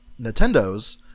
Nintendos